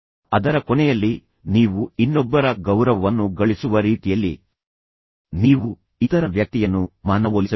ಅದರ ಕೊನೆಯಲ್ಲಿ ನೀವು ಮಾತನಾಡಬೇಕು ಎಂಬುದನ್ನು ನೆನಪಿಡಿ ನೀವು ಇನ್ನೊಬ್ಬರ ಗೌರವವನ್ನು ಗಳಿಸುವ ರೀತಿಯಲ್ಲಿ ನೀವು ಇತರ ವ್ಯಕ್ತಿಯನ್ನು ಮನವೊಲಿಸಬೇಕು